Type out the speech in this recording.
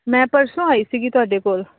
ਮੈਂ ਪਰਸੋਂ ਆਈ ਸੀਗੀ ਤੁਹਾਡੇ ਕੋਲ